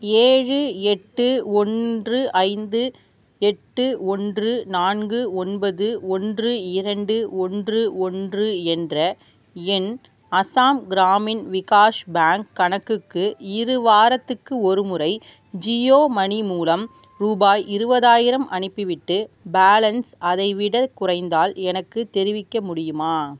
ஏழு எட்டு ஒன்று ஐந்து எட்டு ஒன்று நான்கு ஒன்பது ஒன்று இரண்டு ஒன்று ஒன்று என்ற என் அசாம் கிராமின் விகாஷ் பேங்க் கணக்குக்கு இருவாரத்துக்கு ஒருமுறை ஜியோ மணி மூலம் ரூபாய் இருபதாயிரம் அனுப்பிவிட்டு பேலன்ஸ் அதைவிடக் குறைந்தால் எனக்குத் தெரிவிக்க முடியுமா